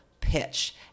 pitch